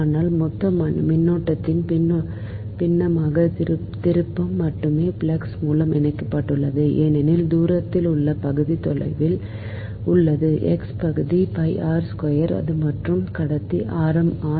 ஆனால் மொத்த மின்னோட்டத்தின் பின்னமான திருப்பம் மட்டுமே ஃப்ளக்ஸ் மூலம் இணைக்கப்பட்டுள்ளது ஏனெனில் தூரத்தில் உள்ள பகுதி தொலைவில் உள்ளது x பகுதி அது மற்றும் கடத்தி ஆரம் r